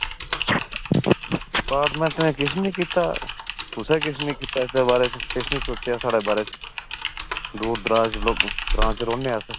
department नै इत्थें किश निं कीता कुसै किश निं कीता इसदे बारै च कुसै किश निं सोचेआ साढ़े बारै च दूर दराज ग्रांऽ च रौह्ने अस